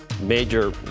major